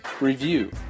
review